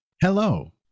hello